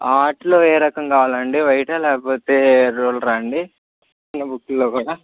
వాటిలో ఏ రకం కావాలండి వైటా లేకపోతే రూల్డ్ అండి బుక్స్ లలో అయిన